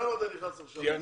למה אתה נכנס עכשיו?